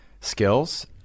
skills